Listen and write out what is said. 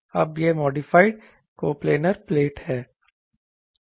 अब यह modified coplanar plate है